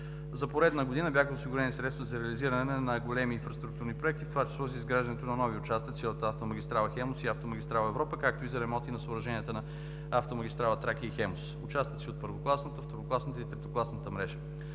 За поредна година бяха осигурени средства за реализиране на големи инфраструктурни проекти, в това число за изграждането на нови участъци от автомагистрала Хемус и автомагистрала Европа, както и за ремонти на съоръжения на автомагистрали Тракия и Хемус, участъци от първокласна, второкласна и третокласна пътна мрежа.